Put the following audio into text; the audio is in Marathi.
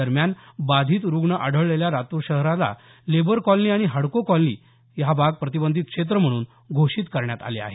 दरम्यान बाधित रूग्ण आढळलेल्या लातूर शहरातला लेबर कॉलनी आणि हडको कॉलनी भाग प्रतिबंधित क्षेत्र म्हणून घोषित करण्यात आले आहेत